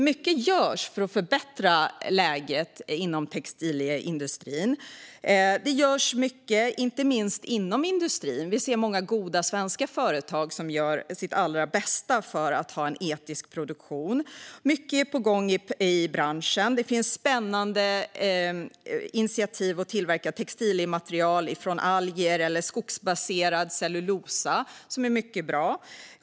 Mycket görs för att förbättra läget inom textilindustrin. Inte minst gör industrin själv mycket. Det finns många goda svenska företag som gör sitt allra bästa för att ha en etisk produktion. Mycket är på gång i branschen. Det finns spännande initiativ som handlar om att tillverka textilier av alger eller skogsbaserad cellulosa. Det är mycket bra.